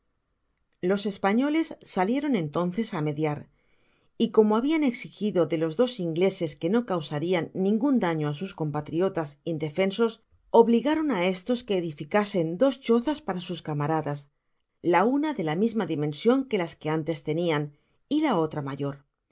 los españoles salieron entonces á mediar y como habian exigido de los des ingleses que no causarian ningun daoo á sus compatriotas indefensos obligaron á estos que edificasen dos chozas para sus camaradas la una de la misma dimensión que las qué antes tenian y la otra mayor